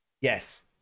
Yes